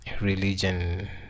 religion